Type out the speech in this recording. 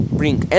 bring